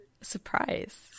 surprise